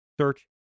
Search